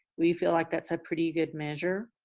we feel like that's a pretty good measure,